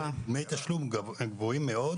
בתשלום גבוה מאוד.